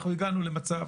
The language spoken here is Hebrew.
אנחנו הגענו למצב